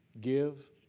give